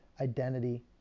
identity